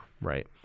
right